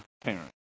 parents